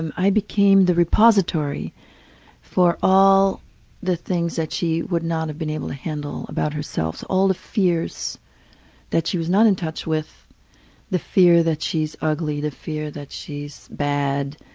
and i became the repository for all the things that she would not have been able to handle about herself, all the fears that she was not in touch with the fear that she's ugly, the fear that she's bad,